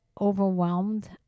overwhelmed